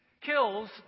kills